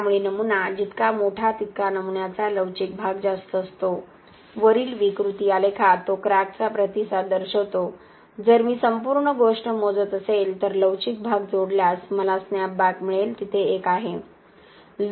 त्यामुळे नमुना जितका मोठा तितका नमुन्याचा लवचिक भाग जास्त असतो वरील विकृती आलेखात तो क्रॅकचा प्रतिसाद दर्शवतो जर मी संपूर्ण गोष्ट मोजत असेल तर लवचिक भाग जोडल्यास मला स्नॅपबॅक मिळेल तेथे एक आहे